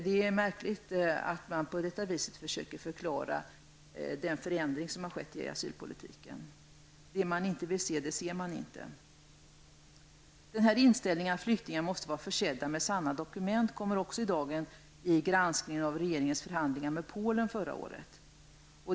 Det är märkligt att man på detta vis försöker förklara den förändring som har skett i asylpolitiken. Det man inte vill se, det ser man inte. Inställningen att flyktingar måste vara försedda med sanna dokument kommer också i dagen vid granskningen av regeringens förhandlingar med Polen förra året.